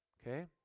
okay